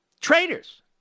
Traitors